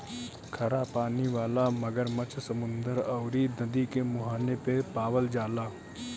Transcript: खरा पानी वाला मगरमच्छ समुंदर अउरी नदी के मुहाने पे पावल जाला